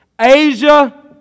Asia